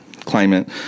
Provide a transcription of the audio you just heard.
climate